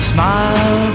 Smile